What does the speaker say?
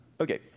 Okay